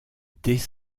dès